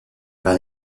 par